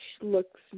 looks